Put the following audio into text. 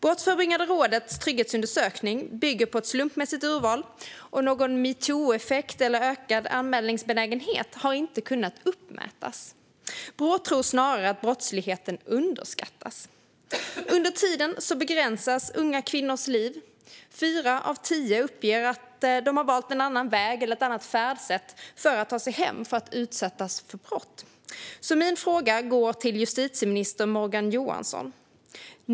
Brottsförebyggande rådets trygghetsundersökning bygger på ett slumpmässigt urval, och någon metoo-effekt eller ökad anmälningsbenägenhet har inte kunnat uppmätas. Brå tror snarare att brottsligheten underskattas. Under tiden begränsas unga kvinnors liv. Fyra av tio uppger att de har valt en annan väg eller ett annat färdsätt när de tagit sig hem för att inte utsättas för brott. Min fråga går till justitieminister Morgan Johansson.